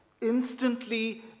instantly